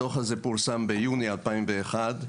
הדוח הזה פורסם ביוני 2001,